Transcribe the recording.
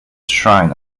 shrine